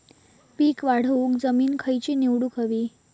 पीक वाढवूक जमीन खैची निवडुक हवी?